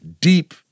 deep